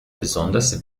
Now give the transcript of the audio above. besonders